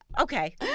Okay